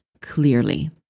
clearly